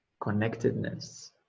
connectedness